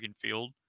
field